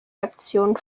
aktionen